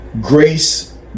grace